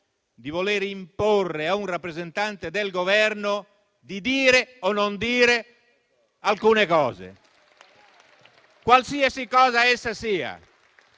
di voler imporre a un rappresentante del Governo di dire o non dire alcune cose. Qualsiasi cosa essa sia,